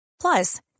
Plus